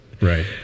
Right